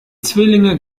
zwillinge